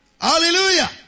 hallelujah